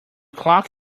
clock